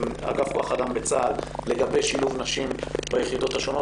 מאגף כוח אדם בצה"ל לגבי שילוב נשים ביחידות השונות